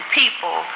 people